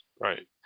Right